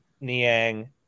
Niang